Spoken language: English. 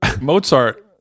Mozart